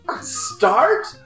Start